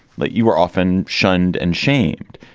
but you were often shunned and shamed.